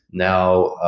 now,